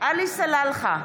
עלי סלאלחה,